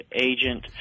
agent